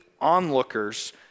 onlookers